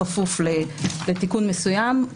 בכפוף לתיקון מסוים.